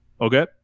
Okay